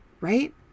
right